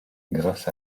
grâce